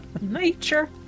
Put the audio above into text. Nature